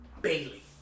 bailey